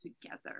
together